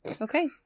Okay